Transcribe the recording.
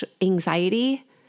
anxiety